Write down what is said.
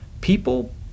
people